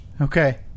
Okay